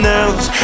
else